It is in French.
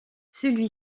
celui